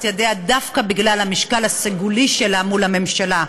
ידיה דווקא בגלל המשקל הסגולי שלה מול הממשלה.